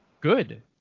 good